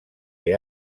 que